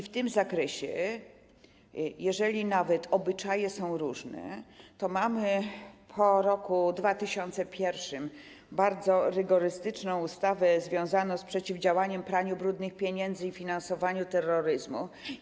W tym zakresie, jeżeli nawet obyczaje są różne, to mamy po roku 2001 bardzo rygorystyczną ustawę związaną z przeciwdziałaniem praniu brudnych pieniędzy i finansowaniu terroryzmu.